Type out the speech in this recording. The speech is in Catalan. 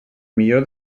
millor